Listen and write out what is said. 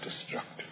destructive